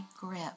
grip